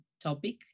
topic